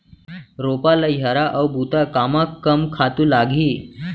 रोपा, लइहरा अऊ बुता कामा कम खातू लागही?